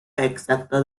exacto